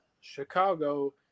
Chicago